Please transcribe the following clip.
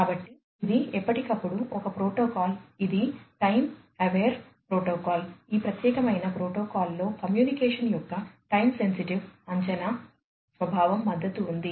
కాబట్టి ఇది ఎప్పటికప్పుడు ఒక ప్రోటోకాల్ ఇది టైం అవేర్ ప్రోటోకాల్ ఈ ప్రత్యేకమైన ప్రోటోకాల్లో కమ్యూనికేషన్ యొక్క టైం సెన్సిటివ్ అంచనా స్వభావం మద్దతు ఉంది